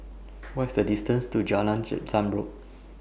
What IS The distance to Jalan Zamrud